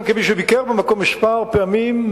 גם כמי שביקר במקום כמה פעמים,